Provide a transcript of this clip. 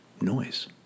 noise